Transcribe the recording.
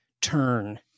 turn